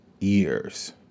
years